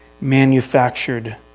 manufactured